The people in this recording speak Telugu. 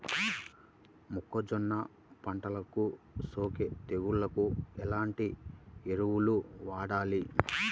మొక్కజొన్న పంటలకు సోకే తెగుళ్లకు ఎలాంటి ఎరువులు వాడాలి?